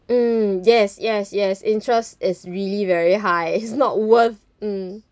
mm yes yes yes interest is really very high it's not worth mm